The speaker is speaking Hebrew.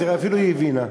תראה, אפילו היא הבינה.